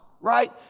right